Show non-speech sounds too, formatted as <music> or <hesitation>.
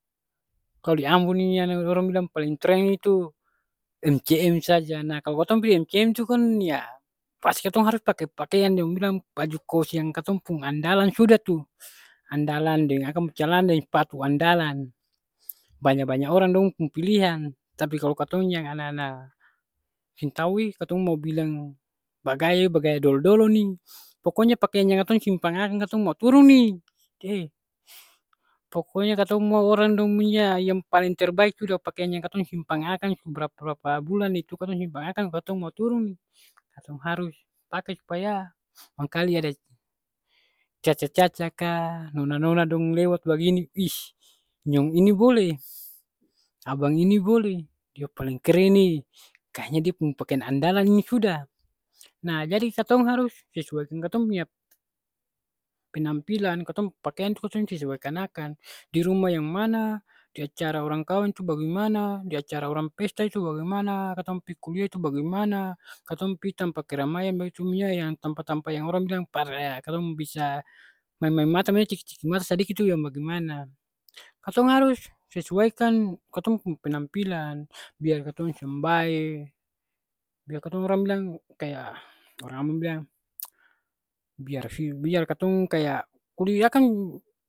Kal di ambon ni ada orang bilang paleng tren itu mcm saja. Nah, kal katong pi mcm tu kan ya pasti katong harus pake pakean dong bilang baju kos yang katong pung andalan sudah tu. Andalan deng akang pung calana deng spatu andalan. Banya-banya orang dong pung pilihan, tapi kalo katong yang anana seng tau katong mo bilang bagaya jua bagaya dolo-dolo ni, pokonya pakiang yang katong simpang akang katong mau turung ni, he, pokonya katong mau orang dong lia yang paling terbaik sudah pakian yang katong simpang akang su brapa-brapa bulan itu, katong simpang akang katong mo turung ni, katong harus pake supaya mangkali ada caca-caca ka, nona-nona dong lewat bagini, iss nyong ini boleh, abang ini boleh. Dia paleng keren e, kayanya dia pung pakian andalan ini sudah. Nah jadi katong harus sesuaikan katong punya penampilan, katong pung pakean tu katong sesuaikan akang. Di rumah yang mana, di acara orang kaweng tu bagemana, di acara orang pesta itu bagemana, katong pi kuliah tu bagemana, katong pi tampa keramaian bagitu manya yang tampa-tampa yang orang bilang par <hesitation> katong bisa maeng-maeng mata manya cuci-cuci mata sadiki tu yang bagemana. Katong harus sesuaikan katong pung penampilan. Biar katong seng bae, biar katong orang bilang kaya orang ambon bilang, <hesitation> biar se biar katong kaya kuli akang